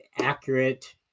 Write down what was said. accurate